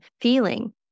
feeling